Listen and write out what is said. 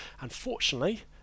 unfortunately